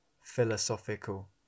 Philosophical